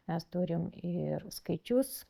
mes turim ir skaičius